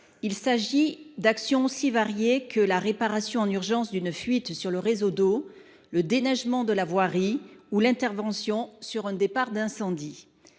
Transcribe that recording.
Il s’agit d’actions aussi variées que la réparation en urgence d’une fuite sur le réseau d’eau, le déneigement de la voirie ou l’intervention sur un départ d’incendie.